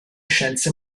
scienze